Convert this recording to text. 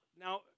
now